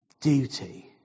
duty